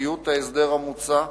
לחוקתיות ההסדר המוצע,